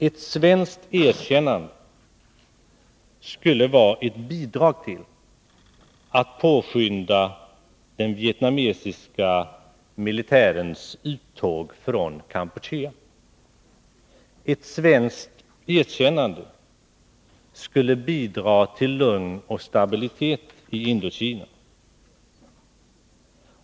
Ett svenskt erkännande skulle bidra till att påskynda den vietnamesiska militärens uttåg ur Kampuchea. Ett svenskt erkännande skulle bidra till lugn och stabilitet i Indokina.